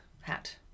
hat